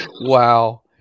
wow